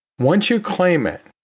once you claim it,